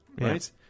right